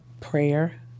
Prayer